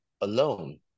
alone